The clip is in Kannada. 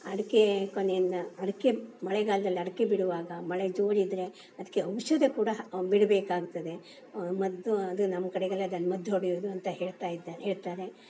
ಅಡಿಕೆ ಕೊನೆಯನ್ನು ಅಡಿಕೆ ಮಳೆಗಾಲ್ದಲ್ಲಿ ಅಡಿಕೆ ಬಿಡುವಾಗ ಮಳೆ ಜೋರಿದ್ದರೆ ಅದಕ್ಕೆ ಔಷಧಿ ಕೂಡ ಹ್ ಬಿಡಬೇಕಾಗ್ತದೆ ಮದ್ದು ಅದು ನಮ್ಮ ಕಡೆಗೆಲ್ಲ ಅದನ್ನು ಮದ್ದು ಹೊಡೆಯೋದು ಅಂತ ಹೇಳ್ತಾ ಇದ್ದಾರೆ ಹೇಳ್ತಾರೆ